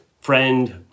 friend